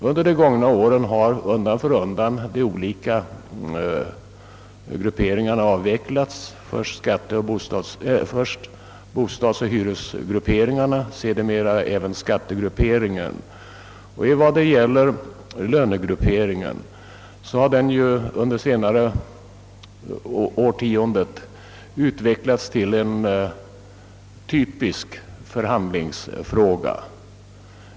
Under de gångna åren har undan för undan de olika grupperingarna avvecklats — först bostadsoch hyresgrupperingarna, sedermera även skattegrupperingen. Vad beträffar lönegrupperingen har den under det senaste årtiondet utvecklats till en typisk förhandlingsfråga.